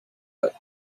but